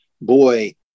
boy